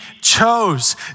chose